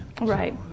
Right